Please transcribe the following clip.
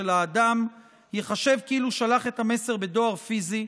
האדם ייחשב כאילו שלח את המסר בדואר פיזי,